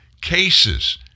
cases